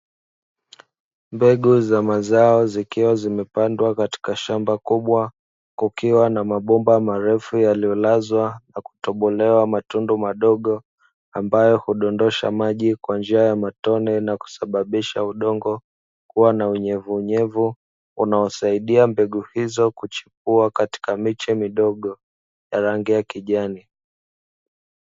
Mbegu za mazao zikiwa zimepandwa katika shamba kubwa kukiwa na mabomba marefu yaliyo lazwa na kutobolewa matundu madogo ambayo hudondosha maji kwa njia ya matone, na kusabisha udongo kuwa na unyevu unyevu unasaidia mbegu hizo kuchipua katika miche midogo ya rangi ya kijani.